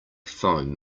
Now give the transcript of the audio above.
foam